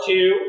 Two